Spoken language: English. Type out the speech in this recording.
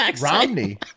Romney